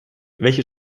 welche